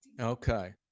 Okay